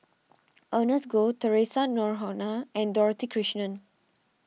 Ernest Goh theresa Noronha and Dorothy Krishnan